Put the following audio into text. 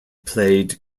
played